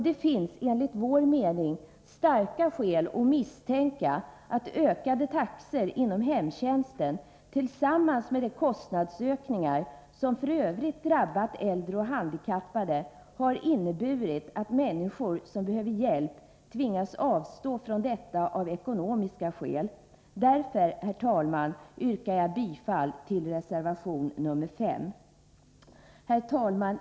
Det finns, enligt vår mening, starka skäl att misstänka att ökade taxor inom hemtjänsten, tillsammans med de kostnadsökningar som f. ö. drabbat äldre och handikappade, har inneburit att människor som behöver hjälp tvingas avstå från sådan av ekonomiska skäl. Därför, herr talman, yrkar jag bifall till reservation nr 5. Herr talman!